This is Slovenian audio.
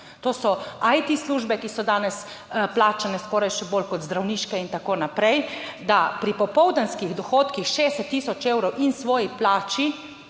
to so IT službe, ki so danes plačane skoraj še bolj kot zdravniške in tako naprej, da pri popoldanskih dohodkih 60000 evrov in svoji plači,